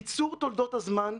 קיצור תולדות הזמן.